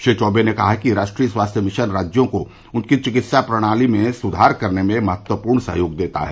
श्री चौबे ने कहा कि राष्ट्रीय स्वास्थ्य मिशन राज्यों को उनकी चिकित्सा प्रणाली में सुधार करने में महत्वपूर्ण सहयोग देता है